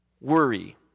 Worry